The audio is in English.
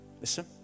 Listen